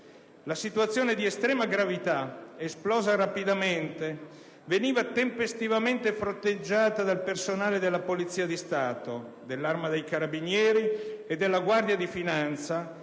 La situazione di estrema gravità, esplosa rapidamente, veniva tempestivamente fronteggiata dal personale della Polizia di Stato, dell'Arma dei carabinieri e della Guardia di finanza,